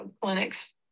clinics